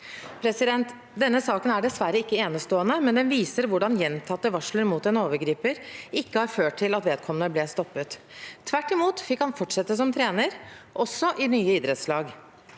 treneren. Denne saken er dessverre ikke enestående, men den viser hvordan gjentatte varsler mot en overgriper ikke har ført til at vedkommende ble stoppet. Tvert imot fikk han fortsette som trener – også i nye idrettslag.